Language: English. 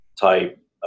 type